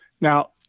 Now